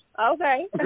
Okay